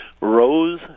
Rose